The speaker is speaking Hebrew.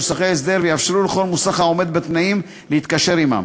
מוסכי ההסדר ויאפשרו לכל מוסך העומד בתנאים להתקשר עמן.